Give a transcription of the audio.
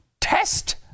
test